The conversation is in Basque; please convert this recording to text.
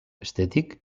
bestetik